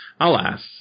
Alas